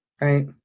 Right